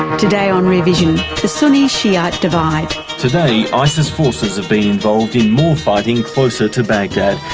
today on rear vision, the sunni-shiite divide. today isis forces have been involved in more fighting closer to baghdad.